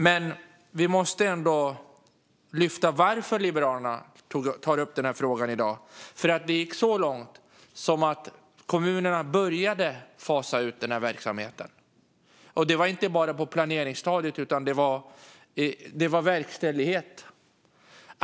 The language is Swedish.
Men skälet till att Liberalerna tar upp denna fråga i dag är att det gick så långt att kommunerna började fasa ut verksamheten. Det var inte bara på planeringsstadiet utan gick till verkställighet.